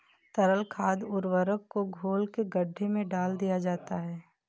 तरल खाद उर्वरक को घोल के गड्ढे में डाल दिया जाता है